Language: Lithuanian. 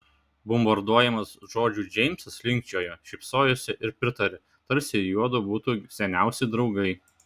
bombarduojamas žodžių džeimsas linkčiojo šypsojosi ir pritarė tarsi juodu būtų seniausi draugai